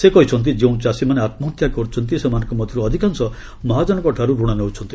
ସେ କହିଛନ୍ତି ଯେଉଁ ଚାଷୀମାନେ ଆତ୍କହତ୍ୟା କରୁଛନ୍ତି ସେମାନଙ୍କ ମଧ୍ୟରୁ ଅଧିକାଂଶ ମହାଜନଙ୍କ ଠାରୁ ଋଣ ନେଉଛନ୍ତି